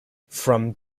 from